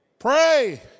Pray